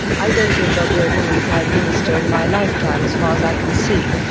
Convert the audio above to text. i don't think there'll be a woman prime minister in my lifetime, as far as i can see.